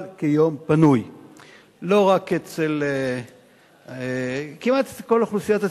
כיום פנוי כמעט אצל כל האוכלוסייה.